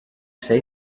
say